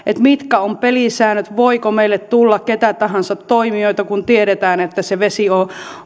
mitkä ovat pelisäännöt voiko meille tulla keitä tahansa toimijoita kun tiedetään että se vesi on